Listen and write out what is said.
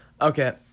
Okay